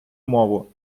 мову